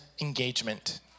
engagement